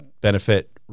benefit